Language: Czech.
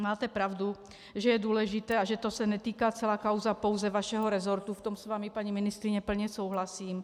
Máte pravdu, že je důležité, a že se netýká celá kauza pouze vašeho resortu, v tom s vámi, paní ministryně, plně souhlasím.